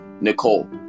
Nicole